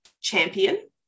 champion